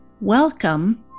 welcome